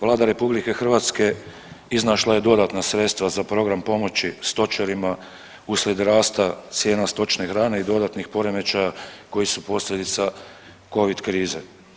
Vlada RH iznašla je dodatna sredstva za program pomoć stočarima uslijed rasta cijena stočne hrane i dodatnih poremećaja koji su posljedica Covid krize.